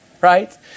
right